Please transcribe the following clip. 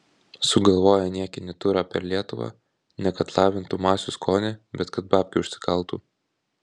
sugalvoja niekinį turą per lietuvą ne kad lavintų masių skonį bet kad babkių užsikaltų